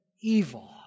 evil